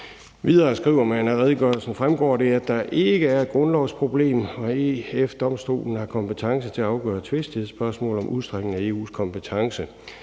Videre skriver man: »Af redegørelsen fremgår det bl.a., at det ikke er et grundlovsproblem, at EF-Domstolen har kompetence til at afgøre tvivlsspørgsmål om udstrækningen af EU’s kompetence